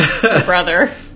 brother